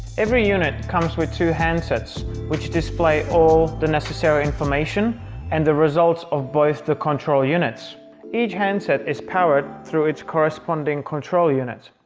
every unit comes with two handsets which display all the necessary information and the results of both the control units each handset is powered through its corresponding control unit.